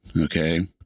Okay